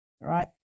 Right